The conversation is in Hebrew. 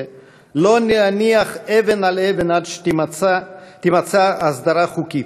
לא להניח אבן עד שתימצא הסדרה חוקית,